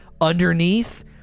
underneath